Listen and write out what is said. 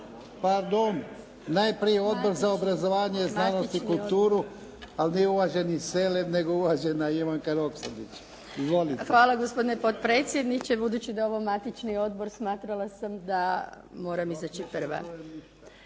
pardon. Najprije Odbor za obrazovanje, znanost i kulturu, ali nije uvaženi Selem, nego uvažena Ivanka Roksandić. Izvolite. **Roksandić, Ivanka (HDZ)** Hvala, gospodine potpredsjedniče. Budući da je ovo matični odbor, smatrala sam da moram izaći prva.